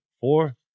four